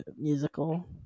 musical